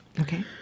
Okay